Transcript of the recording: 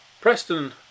Preston